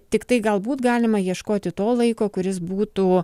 tiktai galbūt galima ieškoti to laiko kuris būtų